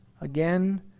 again